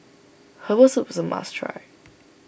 Herbal Soup is a must try